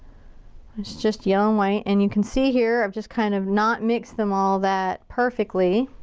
it's just yellow and white, and you can see here, i've just kind of not mixed them all that perfectly.